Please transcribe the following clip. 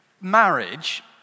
Marriage